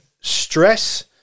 stress